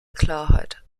klarheit